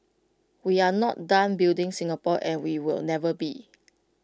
we are not done building Singapore and we will never be